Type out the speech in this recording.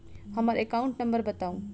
हम्मर account number बताऊ?